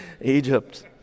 Egypt